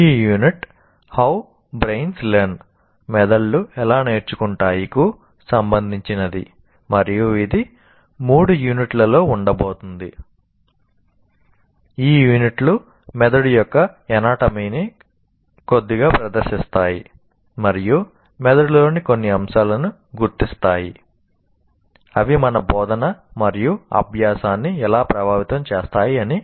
ఈ unit how brains learn న్ని కొద్దిగా ప్రదర్శిస్తాయి మరియు మెదడులోని కొన్ని అంశాలను గుర్తిస్తాయి అవి మన బోధన మరియు అభ్యాసాన్ని ఎలా ప్రభావితం చేస్తాయి అని